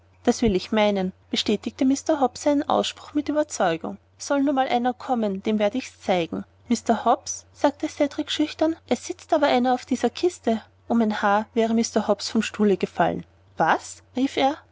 das will ich meinen bestätigte mr hobbs seinen ausspruch mit ueberzeugung soll nur mal einer kommen dem werd ich's zeigen mr hobbs sagte cedrik schüchtern es sitzt aber einer auf dieser kiste um ein haar wäre mr hobbs vom stuhle gefallen was rief er